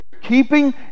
Keeping